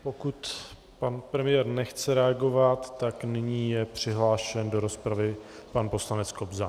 Pokud pan premiér nechce reagovat, tak nyní je přihlášen do rozpravy pan poslanec Kobza.